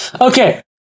Okay